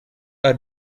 are